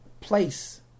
place